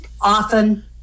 often